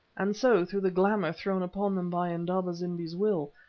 and so through the glamour thrown upon them by indaba-zimbi's will,